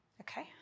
Okay